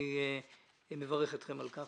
אני מברך אתכם על כך.